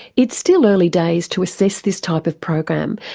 it's still early days to assess this type of program,